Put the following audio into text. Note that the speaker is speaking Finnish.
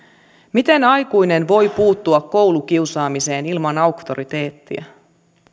miten aikuinen voi puuttua koulukiusaamiseen ilman auktoriteettia